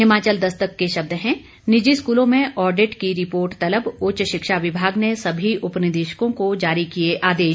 हिमाचल दस्तक के शब्द हैं निजी स्कूलों में ऑडिट की रिपोर्ट तलब उच्च शिक्षा विभाग ने सभी उपनिदेशकों को जारी किए आदेश